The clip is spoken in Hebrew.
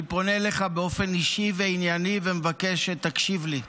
אני פונה אליך באופן אישי וענייני ומבקש שתקשיב לי.